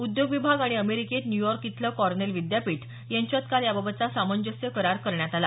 उद्योग विभाग आणि अमेरिकेत न्यूर्याक इथलं कॉर्नेल विद्यापीठ यांच्यात काल याबाबतचा सामंजस्य करार करण्यात आला